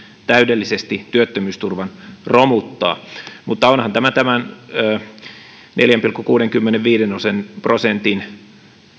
täydellisesti työttömyysturvan romuttaa mutta onhan tämä neljän pilkku kuudenkymmenenviiden prosentin prosentin